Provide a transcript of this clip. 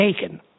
taken